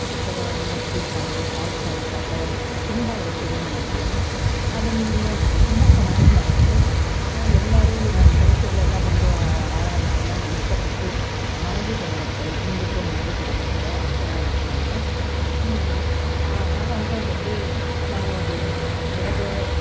ಈ ಥರ ಮಜ್ಜಿಗೆ ಸಾರು ಹಾಲ್ ಸಾರು ಆ ಥರ ತುಂಬ ವೆರೈಟಿಗಳನ್ನು ಮಾಡ್ತೀನಿ ಅದನ್ನು ನಾನು ತುಂಬ ಚೆನ್ನಾಗೂ ಮಾಡ್ತೀನಿ ಎಲ್ಲರು ನನ್ನ ಫ್ರೆಂಡ್ಸ್ಗಳೆಲ್ಲ ಬಂದು ಆಹಾರನ ಇಷ್ಟಪಟ್ಟು ಮನೆಗೂ ತೊಗೊಂಡೋಗ್ತಾರೆ ತಿಂದ್ಬಿಟ್ಟು ಮನೆಗೂ ತೊಗೊಂಡೋಗ್ತಾರೆ ಅಷ್ಟು ಚೆನ್ನಾಗಿ ಮಾಡ್ತೀನಿ ನಾನು ಆಹಾರದಲ್ಲಿ ನಾವು ಬೆಳಗ್ಗೆ